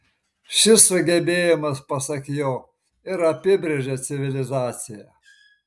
šis sugebėjimas pasak jo ir apibrėžia civilizaciją